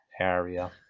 area